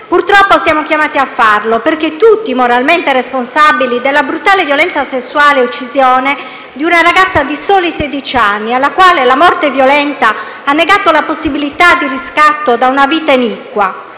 Purtroppo, però, siamo chiamati a farlo, perché siamo tutti moralmente responsabili della brutale violenza sessuale e dell'uccisione di una ragazza di soli sedici anni, alla quale la morte violenta ha negato la possibilità di riscatto da una vita iniqua.